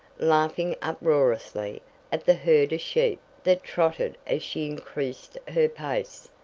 laughing uproariously at the herd of sheep that trotted as she increased her pace,